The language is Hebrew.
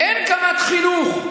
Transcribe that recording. קמ"ט חינוך.